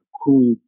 cool